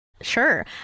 sure